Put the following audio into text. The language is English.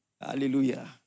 Hallelujah